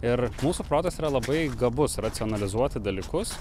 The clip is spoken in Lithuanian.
ir mūsų protas yra labai gabus racionalizuoti dalykus